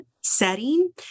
setting